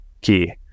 key